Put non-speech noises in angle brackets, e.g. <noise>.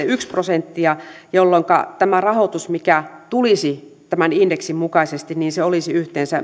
<unintelligible> yksi prosenttia jolloinka tämä rahoitus mikä tulisi tämän indeksin mukaisesti olisi yhteensä